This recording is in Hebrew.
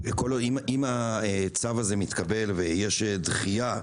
הצו הזה מתקבל, ויש דחייה,